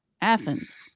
Athens